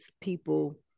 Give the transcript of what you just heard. people